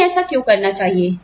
हमें ऐसा क्यों करना चाहिए